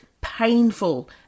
painful